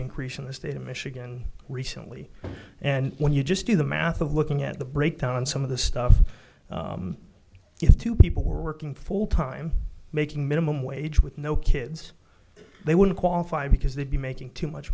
increase in the state of michigan recently and when you just do the math of looking at the breakdown some of the stuff is to people who are working full time making minimum wage with no kids they wouldn't qualify because they'd be making too much